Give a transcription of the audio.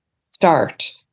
start